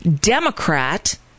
Democrat